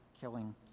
killing